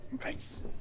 Thanks